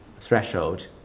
threshold